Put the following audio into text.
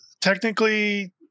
technically